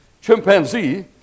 chimpanzee